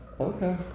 Okay